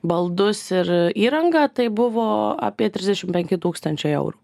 baldus ir įrangą tai buvo apie trisdešim penki tūkstančiai eurų